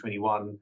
2021